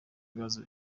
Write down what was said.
ibibazo